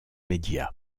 media